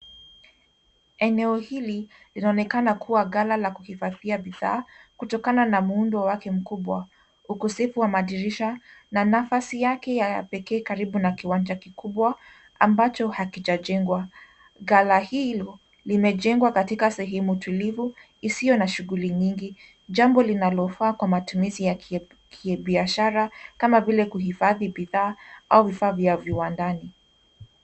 Eneo hili linaonekana kuwa gala la kuhifadhia bidhaa, kutokana na muundo wake mkubwa, ukosefu wa madirisha na nafasi yake ya pekee karibu na kiwanja kikubwa ambacho hakijajengwa. Gala hii limejengwa katika sehemu tulivu isiyo na shughuli nyingi ,jambo linalofaa kwa matumizi ya kibiashara, kama vile kuhifadhi bidhaa au vifaa vya viwandani.